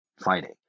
fighting